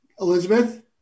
Elizabeth